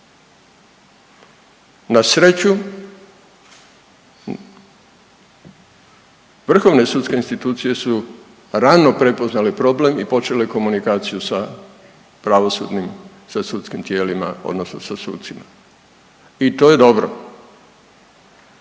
Nasreću vrhovne sudske institucije su rano prepoznale problem i počele komunikaciju sa pravosudnim, sa sudskim tijelima odnosno sa sucima i to je dobro.